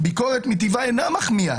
ביקורת מטבעה אינה מחמיאה.